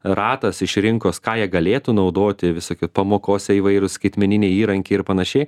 ratas iš rinkos ką jie galėtų naudoti visokių pamokose įvairūs skaitmeniniai įrankiai ir panašiai